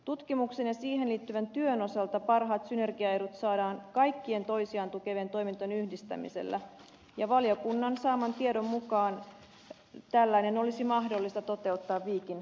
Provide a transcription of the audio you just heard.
tutkimuksen ja siihen liittyvän työn osalta parhaat synergiaedut saadaan kaikkien toisiaan tukevien toimintojen yhdistämisellä ja valiokunnan saaman tiedon mukaan tällainen olisi mahdollista toteuttaa viikin kampuksella